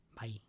Bye